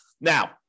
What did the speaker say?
Now